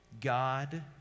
God